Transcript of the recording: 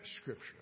Scripture